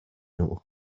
nhw